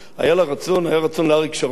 היה רצון לאריק שרון,